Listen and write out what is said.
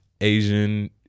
asian